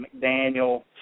McDaniel